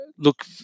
Look